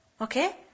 Okay